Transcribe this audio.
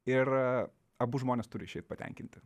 ir abu žmones turi šiaip patenkinti